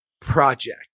project